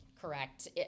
Correct